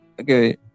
Okay